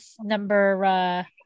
number